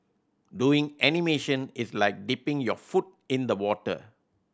doing animation is like dipping your foot in the water